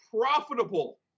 profitable